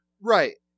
Right